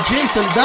Jason